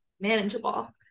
manageable